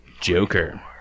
Joker